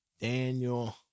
Daniel